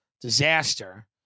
disaster